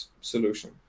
solution